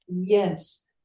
Yes